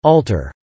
Alter